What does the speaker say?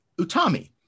Utami